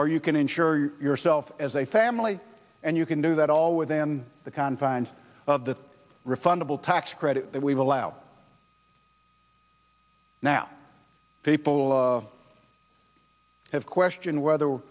or you can insure yourself as a family and you can do that all within the confines of the refundable tax credit that we've allowed now people have question whether